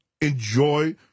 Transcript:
enjoy